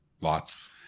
lots